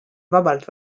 vabalt